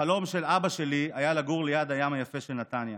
החלום של אבא שלי היה לגור ליד הים היפה של נתניה,